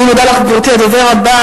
אני מודה לך, גברתי.